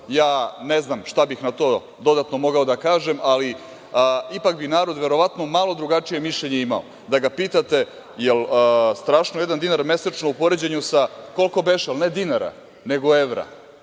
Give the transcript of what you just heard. Ne znam šta bih na to dodatno mogao da kažem, ali ipak bi narod verovatno malo drugačije mišljenje imao da ga pitate - jel strašno jedan dinar mesečno u poređenju sa, koliko beše, ne dinara, nego evra